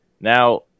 Now